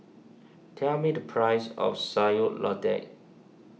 tell me the price of Sayur Lodeh